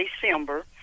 December